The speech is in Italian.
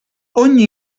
ogni